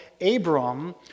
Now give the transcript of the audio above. Abram